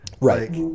right